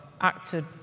acted